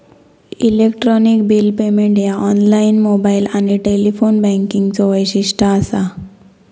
electronic bill payment ह्या online, mobile आणि telephone बँकिंगचो वैशिष्ट्य असा